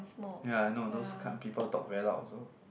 ya I know those kind of people talk very loud also